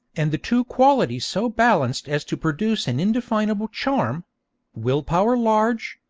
and the two qualities so balanced as to produce an indefinable charm will-power large,